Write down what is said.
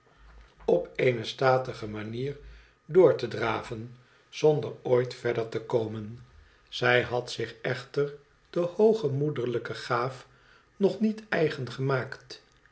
op eene statige manier w-z manier door te draven zonder ooit verder te komen zij had zich echter de hooge moederlijke gaaf nog niet eigen gemaakt